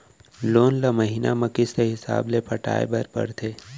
loan ल महिना म किस्त हिसाब ले पटाए बर परथे